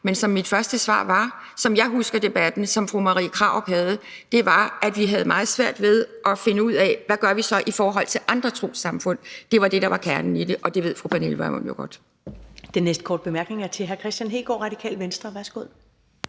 Men som mit første svar var, og som jeg husker debatten, fru Marie Krarup havde, så var det, at vi havde meget svært ved at finde ud af, hvad vi så gør i forhold til andre trossamfund. Det var det, der var kernen i det, og det ved fru Pernille Vermund jo godt. Kl. 10:53 Første næstformand (Karen Ellemann): Den næste korte bemærkning er til hr. Kristian Hegaard, Radikale Venstre. Værsgo.